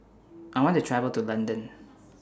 I want to travel to London